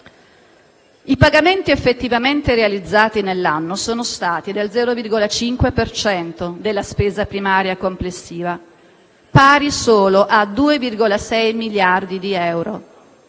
i pagamenti effettivamente realizzati nell'anno sono pari allo 0,5 per cento della spesa primaria complessiva: solo a 2,6 miliardi di euro.